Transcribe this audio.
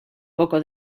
poco